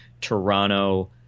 Toronto